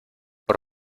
por